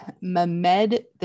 Mehmed